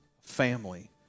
family